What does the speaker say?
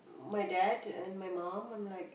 my dad and my mum I'm like